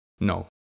No